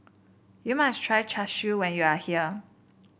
you must try Char Siu when you are here